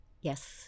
Yes